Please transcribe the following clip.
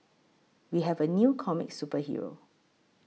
we have a new comic superhero